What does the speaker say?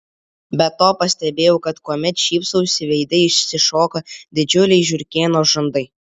be to pastebėjau kad kuomet šypsausi veide išsišoka didžiuliai žiurkėno žandai